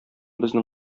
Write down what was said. безнең